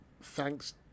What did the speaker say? thanks